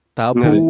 tabu